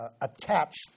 attached